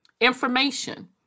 information